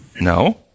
No